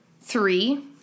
three